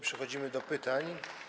Przechodzimy do pytań.